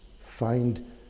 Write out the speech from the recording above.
find